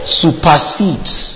supersedes